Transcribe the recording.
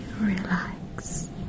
relax